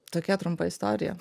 tokia trumpa istorija